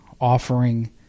offering